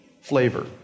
flavor